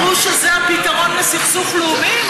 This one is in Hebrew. אמרו שזה הפתרון לסכסוך לאומי.